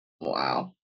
wow